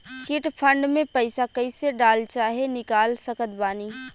Chit fund मे पईसा कईसे डाल चाहे निकाल सकत बानी?